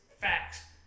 facts